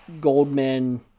Goldman